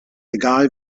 egal